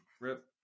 Rip